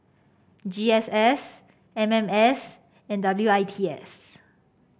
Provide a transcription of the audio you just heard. G S S M M S and W I T S